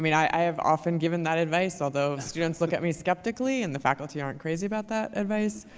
i mean i have often given that advice, although students look at me skeptically and the faculty aren't crazy about that advice.